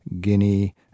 Guinea